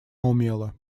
умела